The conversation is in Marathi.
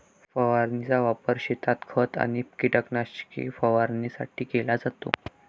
फवारणीचा वापर शेतात खत आणि कीटकनाशके फवारणीसाठी केला जातो